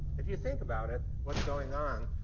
if you think about it, what's going on,